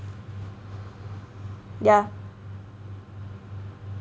yeah